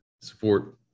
support